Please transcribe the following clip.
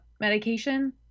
medication